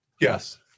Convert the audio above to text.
Yes